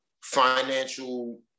financial